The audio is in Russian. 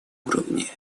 уровне